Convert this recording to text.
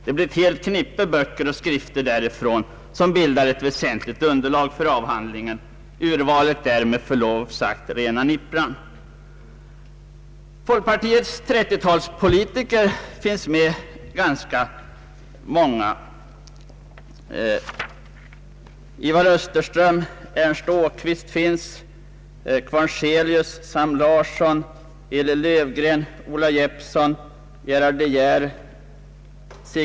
Det är ett helt knippe böcker och skrifter därifrån som bildar ett väsentligt underlag för avhandlingen. Urvalet är med förlov sagt rena nippran. Av folkpartiets 1930-talspolitiker finns ganska många medtagna: Ivar Österström, Ernst Åqvist, Kvarnzelius, Sam Larsson, Eliel Löfgren, Ola Jeppsson, Gerard de Geer, C.